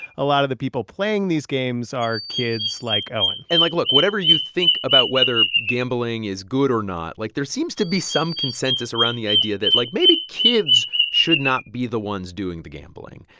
a lot of the people playing these games are kids like owen and, like, look whatever you think about whether gambling is good or not, like, there seems to be some consensus around the idea that, like, maybe kids should not be the ones doing the gambling.